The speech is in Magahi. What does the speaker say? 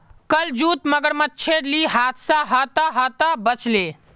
कल जूत मगरमच्छेर ली हादसा ह त ह त बच ले